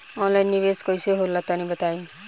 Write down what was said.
Online निवेस कइसे होला बताईं?